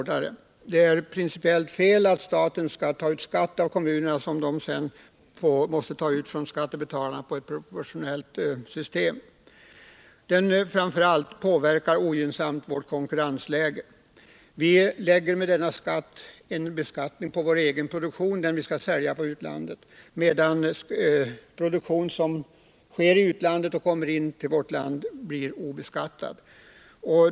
Det är principiellt felaktigt att staten skall ta ut skattav kommunerna som de i sin tur måste ta ut från skattebetalarna efter ett proportionellt system. Det som framför allt påverkas i det här avseendet är vårt konkurrensläge. Med löneskatten lägger vi en skatt på vår egen produktion som vi skall sälja till utlandet, medan den produktion vi köper från utlandet blir obeskattad.